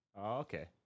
Okay